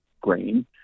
grain